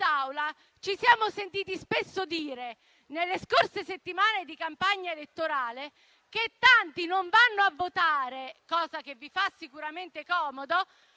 ci siamo sentiti spesso dire, nelle scorse settimane di campagna elettorale, che tanti non vanno a votare, cosa che vi fa sicuramente comodo,